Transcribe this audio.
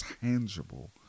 tangible